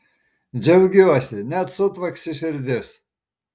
džiaugiuosi net sutvaksi širdis